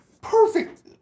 perfect